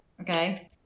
Okay